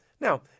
now